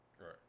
Right